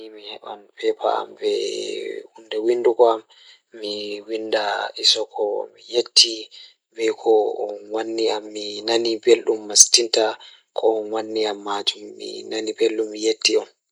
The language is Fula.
Aranni mi heɓan pepa be huunde windugo am So tawii miɗo waɗa waawde njillooje ngonaa, mi waɗataa waawi ngoodi goɗɗo e nder njamaaji ngam njillooje ɓiɓɓe. Miɗo waawataa waawi waɗde ngoodi holngal ngal kadi njillooje kadi njamaaji ko ɗum, so tawii njamaaji ngal o waawataa njiddaade nguurndam ngal rewɓe.